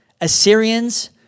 Assyrians